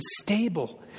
stable